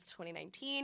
2019